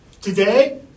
today